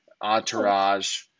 Entourage